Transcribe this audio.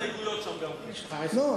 ההסתייגויות לא,